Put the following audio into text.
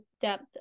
depth